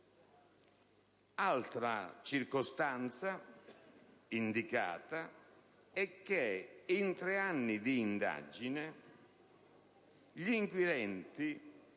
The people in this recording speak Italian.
Altra circostanza indicata è che in tre anni di indagine gli inquirenti